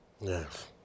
Yes